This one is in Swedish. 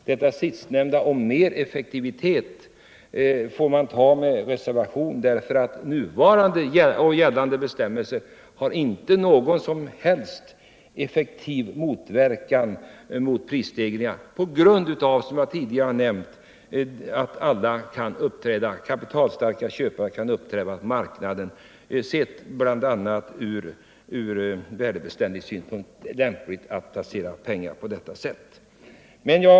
Detta sistnämnda om mer effektivitet får man sätta frågetecken för, eftersom nu gällande bestämmelser inte har någon som helst effektiv verkan mot prisstegringar på grund av att, som jag tidigare har nämnt, alla kapitalstarka köpare kan uppträda på marknaden om de ur värdebeständighetssynpunkt finner det lämpligt att placera pengar på detta sätt.